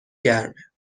گرمه